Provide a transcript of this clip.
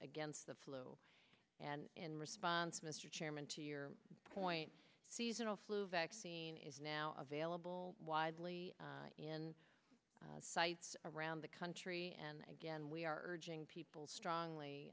against the flu and in response mr chairman to your point seasonal flu vaccine is now available widely in sites around the country and again we are urging people